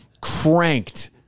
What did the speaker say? cranked